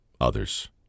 others